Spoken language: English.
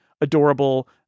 adorable